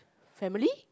family